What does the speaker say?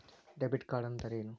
Debit ಕಾರ್ಡ್ಅಂದರೇನು?